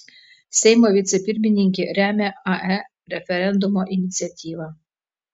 seimo vicepirmininkė remia ae referendumo iniciatyvą